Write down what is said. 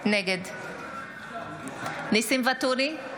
נגד ניסים ואטורי,